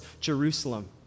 Jerusalem